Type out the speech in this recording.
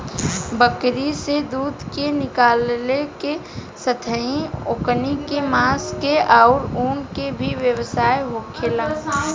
बकरी से दूध के निकालला के साथेही ओकनी के मांस के आउर ऊन के भी व्यवसाय होखेला